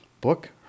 book